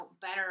better